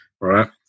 right